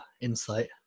insight